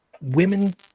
women